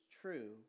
true